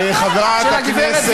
רגע,